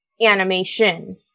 animation